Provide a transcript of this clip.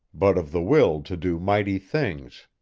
but of the will to do mighty things